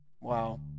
wow